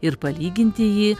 ir palyginti jį